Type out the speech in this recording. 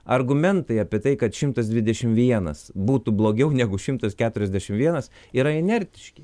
argumentai apie tai kad šimtas dvidešim vienas būtų blogiau negu šimtas keturiasdešim vienas yra inertiški